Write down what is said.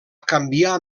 canviar